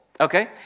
Okay